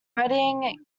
redding